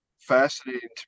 fascinating